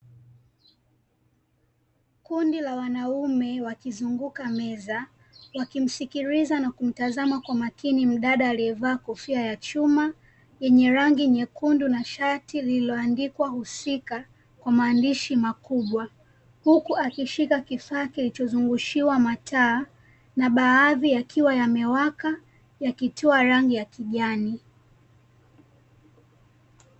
Kundi la wanaume wakizunguka meza wakimsikiliza na kumtazama kwa makini mdada aliyevaa kofia ya chuma, yenye rangi nyekundu na shati lilioandikwa HUSIKA kwa maandishi makubwa, huku akishika kifaa kilichozungushiwa mataa na baadhi yakiwa yamewaka yakitoa rangi ya kijani.